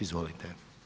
Izvolite.